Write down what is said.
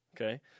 Okay